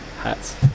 hats